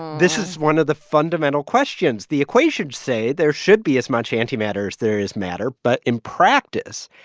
this is one of the fundamental questions. the equations say there should be as much antimatter as there is matter. but in practice,